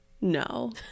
no